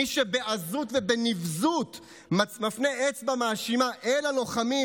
מי שבעזות ובנבזות מפנה אצבע מאשימה אל הלוחמים